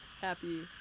happy